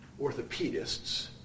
orthopedists